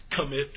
commit